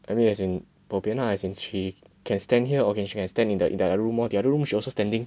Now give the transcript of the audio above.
I mean as in bo pian lah as in she can stand here or she can stand in the other room lor the other room she also standing